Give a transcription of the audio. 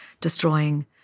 destroying